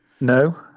No